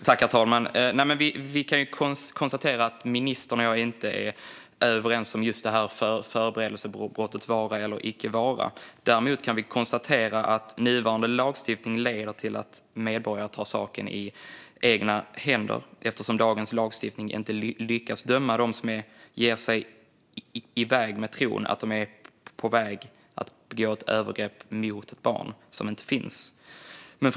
Herr talman! Vi kan konstatera att ministern och jag inte är överens om förberedelsebrottets vara eller icke vara. Däremot kan vi konstatera att nuvarande lagstiftning leder till att medborgare tar saken i egna händer eftersom dagens lagstiftning inte lyckas döma dem som ger sig iväg med tron att de är på väg att begå ett övergrepp mot ett barn - ett barn som alltså inte finns.